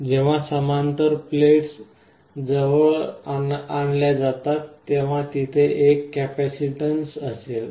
जेव्हा समांतर प्लेट्स जवळ आणल्या जातात तेव्हा तेथे एक कपॅसिटीन्स असेल